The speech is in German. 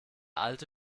alte